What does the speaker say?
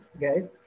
guys